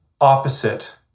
opposite